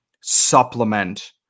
supplement